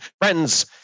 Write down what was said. Friends